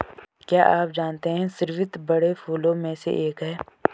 क्या आप जानते है स्रीवत बड़े फूलों में से एक है